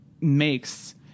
makes